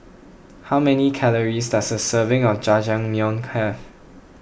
how many Calories does a serving of Jajangmyeon have